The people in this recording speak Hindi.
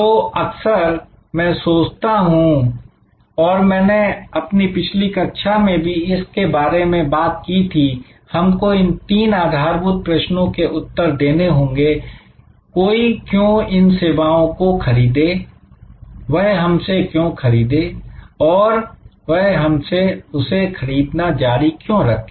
तो मैं अक्सर सोचता हूं और मैंने अपनी पिछली कक्षा में भी इस के बारे में बात की थी कि हमको इन तीन आधारभूत प्रश्नों के उत्तर देने होंगे कि कोई क्यों इन सेवाओं को खरीदें वह हमसे क्यों खरीदें और वह हमसे उसे खरीदना जारी क्यों रखें